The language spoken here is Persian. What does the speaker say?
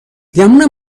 گمونم